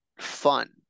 fun